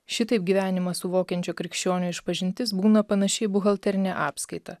šitaip gyvenimą suvokiančio krikščionio išpažintis būna panaši į buhalterinę apskaitą